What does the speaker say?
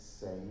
say